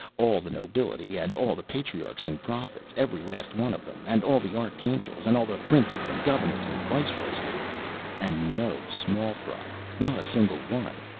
all the nobility, and all the patriarchs and prophets every last one of them and all the archangels, and all the princes and governors and viceroys, were there and no small fry not a single one.